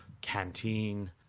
canteen